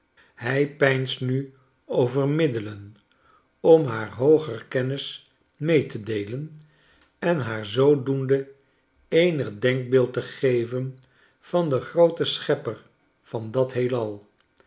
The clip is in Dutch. hij peinst nu over middelen om haar hooger kennis mee te deelen en haar zoodoende eenig denkbeeld te geven van den grooten schepper van dat heelal